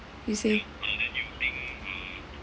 you say